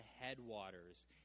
headwaters